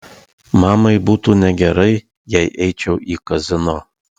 mamai būtų negerai jei eičiau į kazino